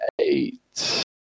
Eight